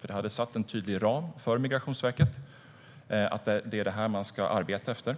Det hade nämligen utgjort en tydlig ram för Migrationsverket: att det är detta man ska arbeta efter.